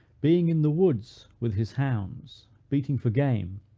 being in the woods with his hounds, beating for game,